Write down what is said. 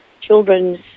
children's